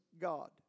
God